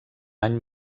any